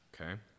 Okay